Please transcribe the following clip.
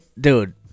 dude